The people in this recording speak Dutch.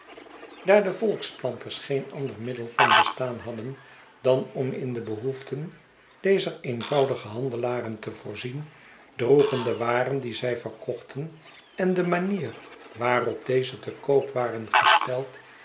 daar de volkplanters geen ander middel van bestaan hadden dan om in de behoeften dezer eenvoudige handelaren te voorzien droegen de waren die zij verkochten en de manier waarop deze te koop waren gesteld